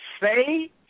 say